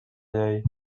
llei